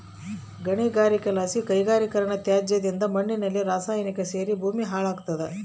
ಗಣಿಗಾರಿಕೆಲಾಸಿ ಕೈಗಾರಿಕೀಕರಣದತ್ಯಾಜ್ಯದಿಂದ ಮಣ್ಣಿನಲ್ಲಿ ರಾಸಾಯನಿಕ ಸೇರಿ ಭೂಮಿ ಹಾಳಾಗ್ತಾದ